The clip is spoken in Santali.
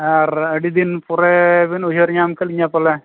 ᱟᱨ ᱟᱹᱰᱤ ᱫᱤᱱ ᱯᱚᱨᱮ ᱵᱮᱱ ᱩᱭᱦᱟᱹᱨ ᱧᱟᱢ ᱠᱟᱹᱞᱤᱧᱟ ᱯᱟᱞᱮ